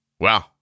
Wow